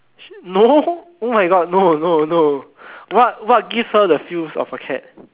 no oh my god no no no what what gives her a feel of a cat